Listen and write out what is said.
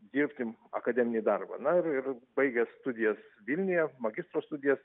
dirbti akademinį darbą na ir baigę studijas vilniuje magistro studijas